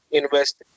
invest